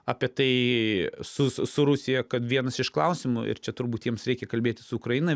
apie tai su su rusija kad vienas iš klausimų ir čia turbūt jiems reikia kalbėti su ukraina